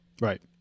Right